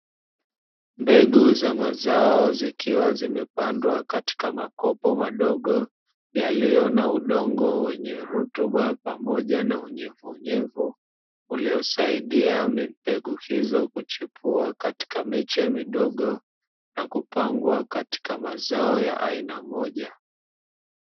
Mbegu za mazao zikiwa zimepangwa katika makopo madogo yaliyo na udongo wenye rutuba pamoja na unyevunyevu unaosaidia mbegu hizo kuchepua katika miche midogo, na kupangwa katika mazao ya aina moja.